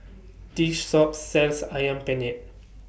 This Shop sells Ayam Penyet